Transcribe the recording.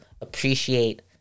appreciate